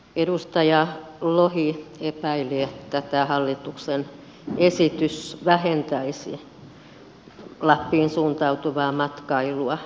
edustaja lohi epäili että tämä hallituksen esitys vähentäisi lappiin suuntautuvaa matkailua